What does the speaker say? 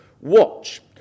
Watch